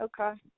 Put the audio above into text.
Okay